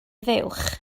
fuwch